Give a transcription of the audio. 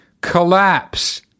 collapse